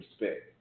respect